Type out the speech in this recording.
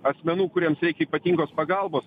asmenų kuriems reikia ypatingos pagalbos